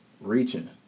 reaching